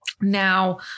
Now